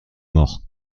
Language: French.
mort